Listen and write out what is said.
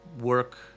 work